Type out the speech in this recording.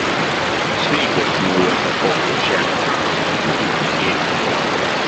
sveikas naujos epochos ženkle kūdiki ėdžiose